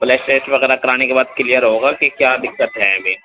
blood test وغیرہ کرانے کے بعد کلیئر ہوگا کہ کیا دقت ہے ابھی